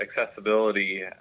accessibility